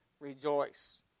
Rejoice